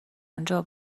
آنجا